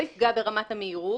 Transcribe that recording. הוא לא יפגע ברמת המהירות,